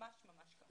ממש ממש כך.